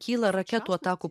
kyla raketų atakų